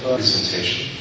presentation